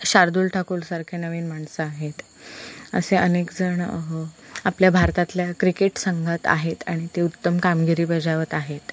शार्दूल ठाकूलसारखे नवीन माणसं आहेत असे अनेक जणं ह आपल्या भारतातल्या क्रिकेट संघात आहेत आणि ते उत्तम कामगिरी बजावत आहेत